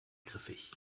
griffig